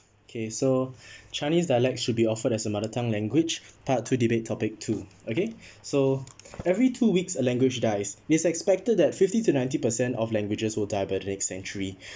okay so chinese dialect should be offered as a mother tongue language part two debate topic two okay so every two weeks a language dies it's expected that fifty to ninety percent of languages will die by the next century